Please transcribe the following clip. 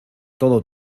todo